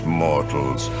mortals